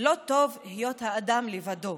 "לא טוב היות האדם לבדו.